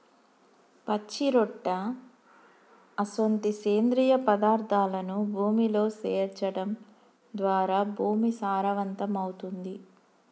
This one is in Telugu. పచ్చిరొట్ట అసొంటి సేంద్రియ పదార్థాలను భూమిలో సేర్చడం ద్వారా భూమి సారవంతమవుతుంది